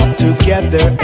together